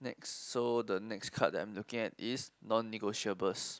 next so the next card that I'm looking at is non negotiable